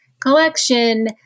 collection